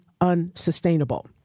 unsustainable